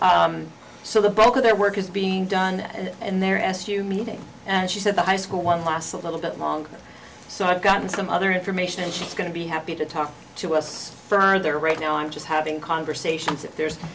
forth so the bulk of their work is being done and they're asked you meeting and she said the high school one last a little bit longer so i've gotten some other information and she's going to be happy to talk to us further right now i'm just having conversations if there's